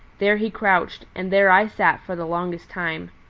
there he crouched, and there i sat for the longest time.